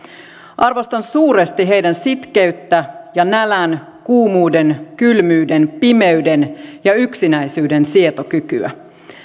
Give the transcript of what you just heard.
arvostan suuresti heidän sitkeyttään ja nälän kuumuuden kylmyyden pimeyden ja yksinäisyyden sietokykyään